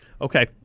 okay